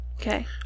Okay